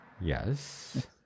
Yes